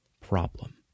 problem